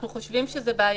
אנחנו חושבים שזה בעייתי.